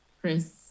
Chris